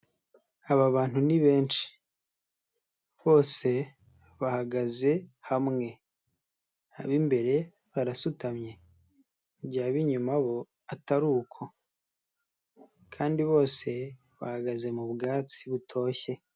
Aba bantu ni benshi. Bose bahagaze hamwe. Ab'imbere barasutamye mu gihe ab'inyuma bo atari uko kandi bose bahagaze mu bwatsi butoshye.